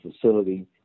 facility